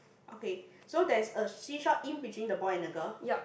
okay so there's a seesaw in between the boy and the girl